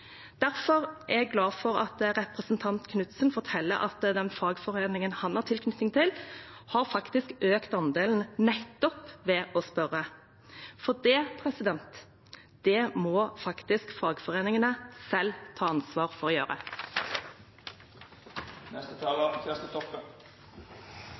Derfor er jeg glad for at representanten Knutsen forteller at den fagforeningen han har tilknytning til, faktisk har økt andelen nettopp ved å spørre. For det må faktisk fagforeningene selv ta ansvar for å gjøre.